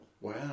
Wow